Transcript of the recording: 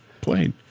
played